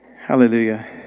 Hallelujah